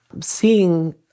seeing